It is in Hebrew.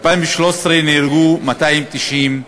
ב-2013 נהרגו 290,